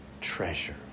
treasure